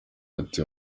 ati